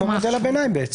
מה שנקרא מודל הביניים.